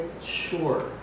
sure